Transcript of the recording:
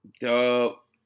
Dope